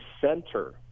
center